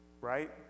Right